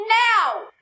now